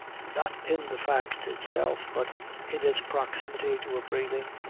not in the fact itself, but in its proximity to a breathing,